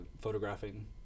photographing